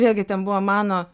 vėlgi ten buvo mano